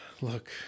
Look